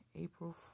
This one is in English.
April